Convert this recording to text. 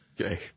Okay